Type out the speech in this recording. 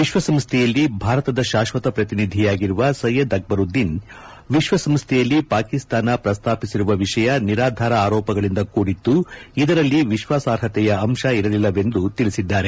ವಿಶ್ವಸಂಸ್ದೆಯಲ್ಲಿ ಭಾರತದ ಶಾಶ್ವತ ಪ್ರತಿನಿಧಿಯಾಗಿರುವ ಸೈಯದ್ ಅಕ್ಸರುದ್ದೀನ್ ವಿಶ್ವಸಂಸ್ದೆಯಲ್ಲಿ ಪಾಕಿಸ್ತಾನ ಪ್ರಸ್ತಾಪಿಸಿರುವ ವಿಷಯ ನಿರಾಧಾರ ಆರೋಪಗಳಿಂದ ಕೂಡಿತ್ತು ಇದರಲ್ಲಿ ವಿಶ್ವಾಸಾರ್ಹತೆಯ ಅಂಶ ಇರಲಿಲ್ಲವೆಂದು ತಿಳಿಸಿದ್ದಾರೆ